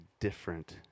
different